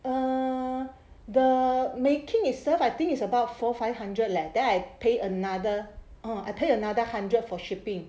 err the making itself I think is about four or five hundred leh then pay another orh I pay another hundred for shipping